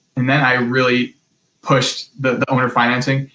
and then i really pushed the owner financing.